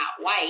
white